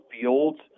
Fields